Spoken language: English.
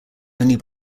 only